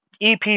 EP